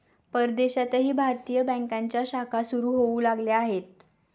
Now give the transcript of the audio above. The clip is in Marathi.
परदेशातही भारतीय बँकांच्या शाखा सुरू होऊ लागल्या आहेत